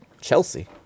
Chelsea